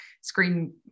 screen